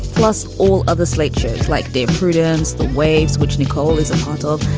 plus all other slate shows like dave prudence the waves, which nicole is a model